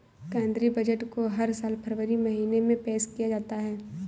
केंद्रीय बजट को हर साल फरवरी महीने में पेश किया जाता है